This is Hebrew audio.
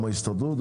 גם ההסתדרות,